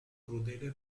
crudele